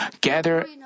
gather